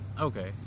okay